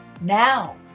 Now